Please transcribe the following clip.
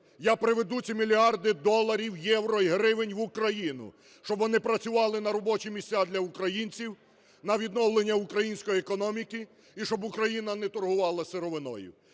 я приведу ці мільярди доларів, євро і гривень в Україну, щоб вони працювали на робочі місця для українців, на відновлення української економіки, і щоб Україна не торгувала сировиною.